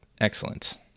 Excellent